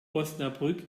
osnabrück